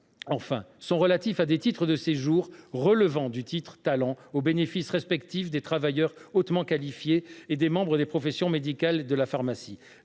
enfin, sont relatifs à des titres de séjour relevant du dispositif « Talent », au bénéfice respectivement des travailleurs hautement qualifiés et des membres des professions médicales et de la pharmacie.